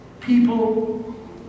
people